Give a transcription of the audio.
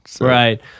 Right